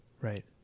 Right